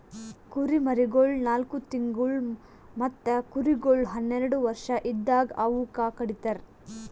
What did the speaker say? ಕುರಿಮರಿಗೊಳ್ ನಾಲ್ಕು ತಿಂಗುಳ್ ಮತ್ತ ಕುರಿಗೊಳ್ ಹನ್ನೆರಡು ವರ್ಷ ಇದ್ದಾಗ್ ಅವೂಕ ಕಡಿತರ್